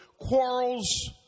quarrels